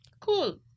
Cool